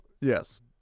Yes